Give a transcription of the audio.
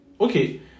okay